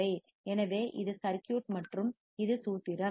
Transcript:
எனவே இது சர்க்யூட் மற்றும் இது சூத்திரம்